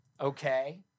Okay